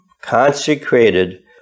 consecrated